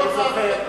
אני זוכר,